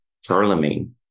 Charlemagne